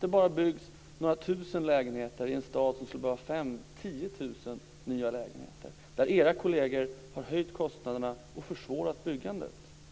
Det byggs bara några tusen lägenheter i en stad som skulle behöva 5 000-10 000 nya lägenheter. Era kolleger har höjt kostnaderna och försvårat byggandet.